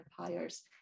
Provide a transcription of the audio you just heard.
empires